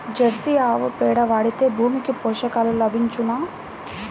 Jersey ఆవు పేడ వాడితే భూమికి పోషకాలు లభించునా?